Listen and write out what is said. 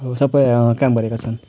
अब सबै काम गरेका छन्